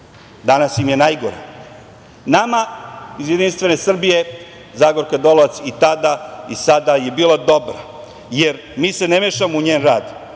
Danas im je najgora. Nama iz Jedinstvene Srbije Zagorka Dolovac i tada i sada je bila dobra, jer mi se ne mešamo u njen rad.